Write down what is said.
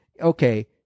okay